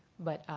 but,